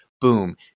boom